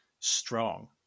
strong